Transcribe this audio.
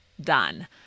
done